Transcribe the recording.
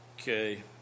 Okay